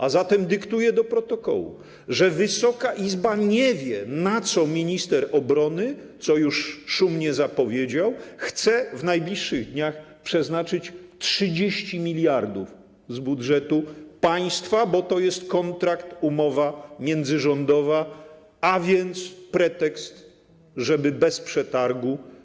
A zatem dyktuję do protokołu, że Wysoka Izba nie wie, na co minister obrony - co już szumnie zapowiedział - chce w najbliższych dniach przeznaczyć 30 mld z budżetu państwa, bo to jest kontrakt, umowa międzyrządowa, a więc pretekst, żeby bez przetargu.